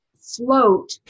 float